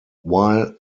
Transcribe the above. while